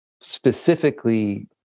specifically